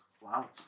Wow